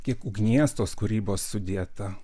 kiek ugnies tos kūrybos sudėta